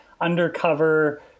undercover